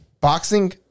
Boxing